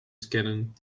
scannen